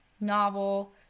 novel